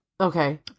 Okay